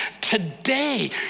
today